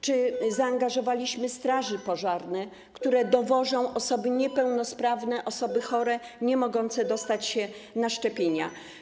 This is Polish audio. Czy zaangażowaliśmy straże pożarne, które dowożą osoby niepełnosprawne, osoby chore, niemogące dostać się na szczepienia?